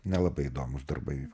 nelabai įdomūs darbai